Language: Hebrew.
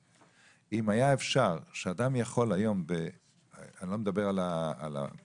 אם היה אפשר שאדם יוכל אני לא מדבר על האפליקציות,